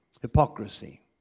Hypocrisy